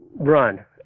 run